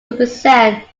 represent